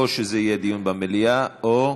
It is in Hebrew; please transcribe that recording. או שזה יהיה דיון במליאה או,